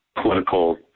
political